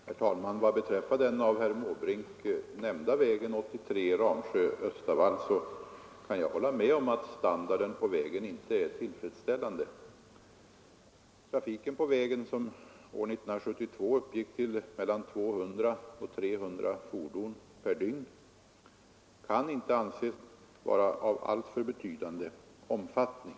Herr talman! Vad beträffar den av herr Måbrink nämnda väg 83 Ramsjö—-Östavall kan jag hålla med om att standarden på vägen inte är tillfredsställande. Trafiken på vägen, som år 1972 uppgick till mellan 200 och 300 fordon per dygn, kan inte anses vara av alltför betydande omfattning.